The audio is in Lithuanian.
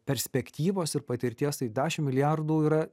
perspektyvos ir patirties tai dešim milijardų yra